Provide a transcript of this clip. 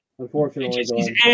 Unfortunately